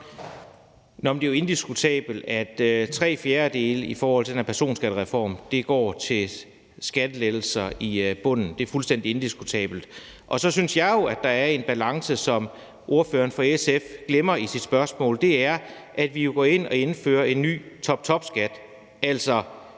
Det er jo indiskutabelt, at i forhold til den her personskattereform går tre fjerdedele til skattelettelser i bunden; det er fuldstændig indiskutabelt. Og så synes jeg jo, der er en balance, som ordføreren for SF glemmer i sit spørgsmål, og det er, at vi jo går ind og indfører en ny toptopskat,